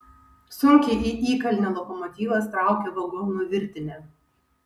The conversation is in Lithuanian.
sunkiai į įkalnę lokomotyvas traukia vagonų virtinę